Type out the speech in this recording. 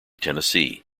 tennessee